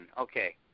Okay